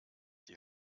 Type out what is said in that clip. die